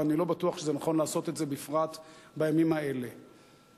ואני לא בטוח שנכון לעשות את זה בימים האלה בפרט.